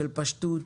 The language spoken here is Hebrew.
של פשטות,